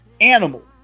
Animal